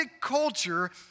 culture